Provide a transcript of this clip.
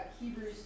Hebrews